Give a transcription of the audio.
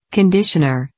Conditioner